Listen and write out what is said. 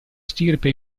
stirpe